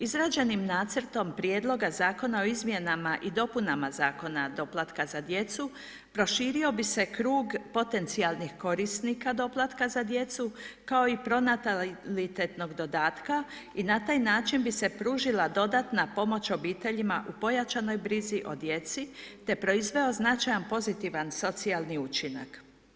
Izrađenim nacrtom prijedloga Zakona o izmjenama i dopunama Zakona doplatka za djecu, proširio bi se krug potencijalnih korisnika doplatka za djecu, kao i pronatalitetnog dodatka i na taj način bi se pružila dodatna pomoć obiteljima u pojačanoj brizi o djeci te proizveo značajan pozitivan socijalni učinak.